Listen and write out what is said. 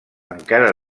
encara